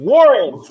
Warren